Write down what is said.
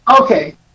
Okay